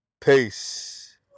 Peace